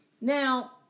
Now